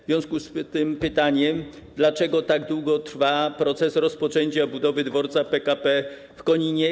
W związku z tym pytanie: Dlaczego tak długo trwa proces rozpoczęcia budowy dworca PKP w Koninie?